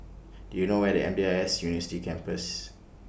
Do YOU know Where IS M D I S University Campus